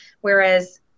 Whereas